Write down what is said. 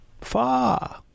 Far